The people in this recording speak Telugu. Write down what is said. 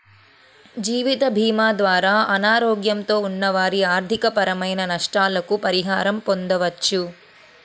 జీవితభీమా ద్వారా అనారోగ్యంతో ఉన్న వారి ఆర్థికపరమైన నష్టాలకు పరిహారం పొందవచ్చు